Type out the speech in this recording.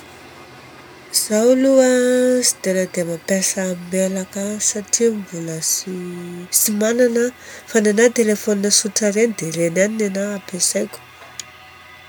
Izaho aloha a tsy dia tena mampiasa mailaka satria mbola tsy tsy manana aho. Fa nenaha telephone tsotra ireny dia ireny ihany nenaha ampiasaiko.